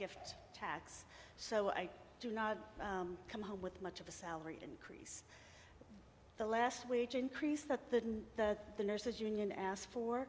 gift tax so i do not come home with much of a salary increase the last wage increase that the that the nurses union asked for